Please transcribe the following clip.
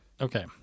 Okay